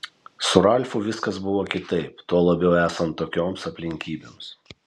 su ralfu viskas buvo kitaip tuo labiau esant tokioms aplinkybėms